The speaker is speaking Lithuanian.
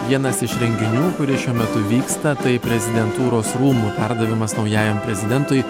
vienas iš renginių kuris šiuo metu vyksta tai prezidentūros rūmų perdavimas naujajam prezidentui